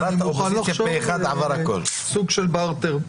אני מוכן לחשוב על סוג של ברטר.